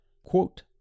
Quote